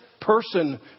person